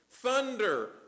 Thunder